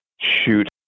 shoot